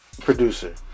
producer